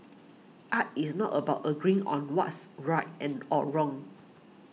art is not about agreeing on what's right and or wrong